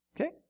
Okay